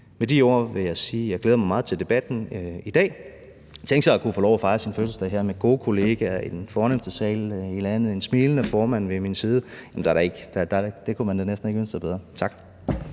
Med de ord vil jeg sige, at jeg glæder mig meget til debatten i dag. Tænk at kunne få lov til at fejre sin fødselsdag her med gode kolleger i den fornemste sal i landet og en smilende formand ved min side. Det kunne man da næsten ikke ønske sig bedre. Tak.